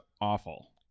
awful